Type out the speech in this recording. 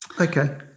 Okay